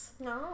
No